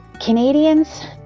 Canadians